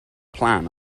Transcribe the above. plan